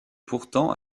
pourtant